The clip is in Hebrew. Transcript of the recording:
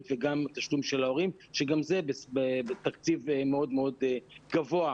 וגם תשלום של ההורים שגם זה בתקציב מאוד מאוד גבוה.